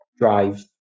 drive